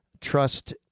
Trust